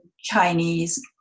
Chinese